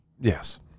Yes